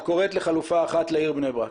הקוראת לחלופה אחת לעיר בני ברק.